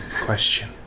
question